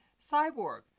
Cyborg